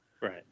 Right